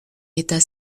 état